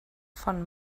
von